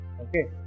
okay